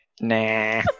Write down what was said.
Nah